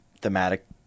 thematic